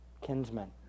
kinsmen